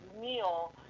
meal